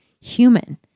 human